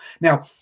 Now